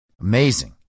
Amazing